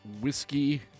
Whiskey